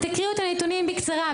להלן תרגומם: תקראו את הנתונים בקצרה,